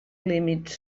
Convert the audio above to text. límits